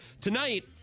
Tonight